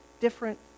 different